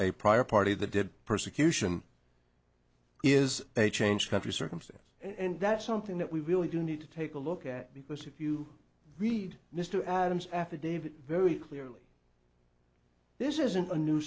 prior party the dead persecution is a changed country circumstance and that's something that we really do need to take a look at because if you read mr adams affidavit very clearly this isn't a new